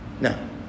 no